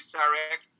Sarek